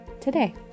today